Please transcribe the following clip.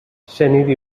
شنیدی